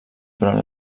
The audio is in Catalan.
durant